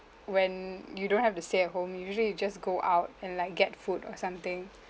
when you don't have to say at home usually you just go out and like get food or something